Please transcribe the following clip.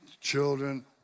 children